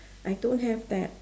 I don't have that